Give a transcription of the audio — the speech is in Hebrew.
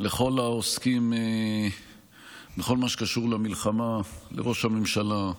לכל העוסקים בכל מה שקשור למלחמה: לראש הממשלה,